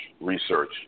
research